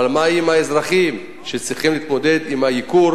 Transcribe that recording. אבל מה יהיה עם האזרחים שצריכים להתמודד עם הייקור?